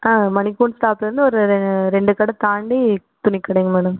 ஆ மணிக்கூண்ட் ஸ்டாப்பில் இருந்து ஒரு ரெண்டு கடை தாண்டி துணி கடைங்க மேடம்